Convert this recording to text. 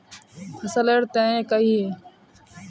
फसल लेर तने कहिए?